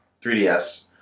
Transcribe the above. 3DS